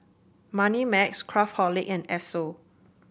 Moneymax Craftholic and Esso